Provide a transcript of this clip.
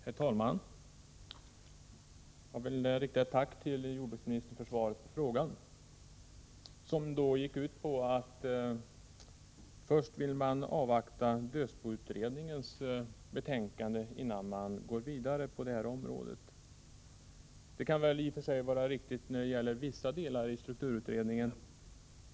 Herr talman! Jag vill rikta ett tack till jordbruksministern för svaret på frågan, som gick ut på att man först vill avvakta dödsboutredningens betänkande innan man går vidare på det här området. Det kan väl i och för sig vara riktigt att göra så när det gäller vissa delar av strukturutredningen.